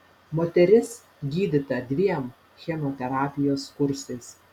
moteris gydyta dviem chemoterapijos kursais